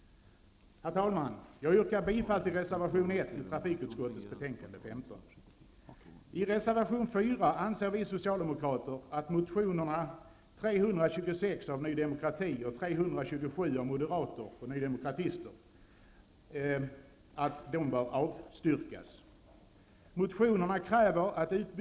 Herr talman! Jag yrkar bifall till reservation 1 i trafikutskottets betänkande 15. I reservation 4 skriver vi socialdemokrater att motion T326 av Ny demokrati och motion T327 av moderater och nydemokrater bör avstyrkas.